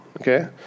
Okay